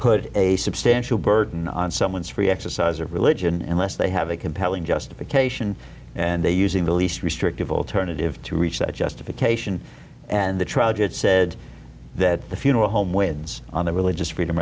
put a substantial burden on someone's free exercise of religion and lest they have a compelling justification and they using the least restrictive alternative to reach that justification and the trial judge said that the funeral home wins on the religious freedom